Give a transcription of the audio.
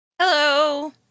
hello